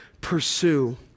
pursue